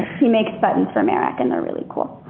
he makes buttons for marac and they're really cool.